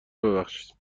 ببخشیم